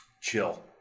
Chill